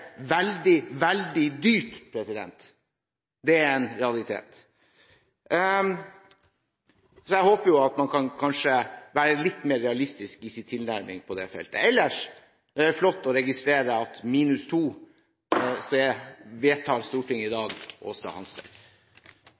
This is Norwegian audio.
veldig, veldig dyrt. Det er en realitet. Så jeg håper at man kanskje kan være litt mer realistisk i sin tilnærming på det feltet. Ellers er det flott å registrere at Stortinget – minus 2 – i dag vedtar